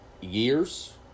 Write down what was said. years